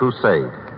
crusade